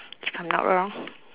if I'm not wrong